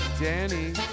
Danny